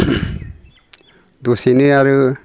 दसेनो आरो